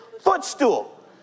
footstool